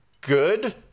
good